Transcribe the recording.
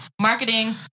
Marketing